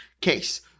case